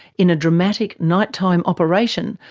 in a dramatic night-time operation,